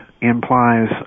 implies